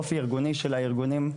מהאופי הארגוני של הארגונים,